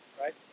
right